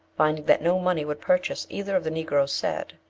finding that no money would purchase either of the negroes, said,